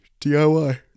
diy